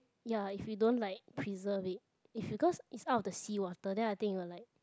ya if you don't like preserve it is because is out of the sea water then I think it was like